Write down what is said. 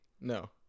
No